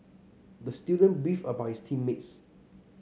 the student beefed about his team mates